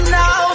now